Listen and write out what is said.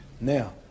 Now